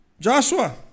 Joshua